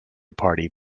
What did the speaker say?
party